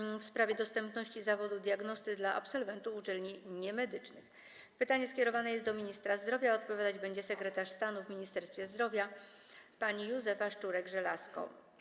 Pytanie w sprawie dostępności zawodu diagnosty dla absolwentów uczelni niemedycznych skierowane jest do ministra zdrowia, a odpowiadać będzie sekretarz stanu w Ministerstwie Zdrowia pani Józefa Szczurek-Żelazko.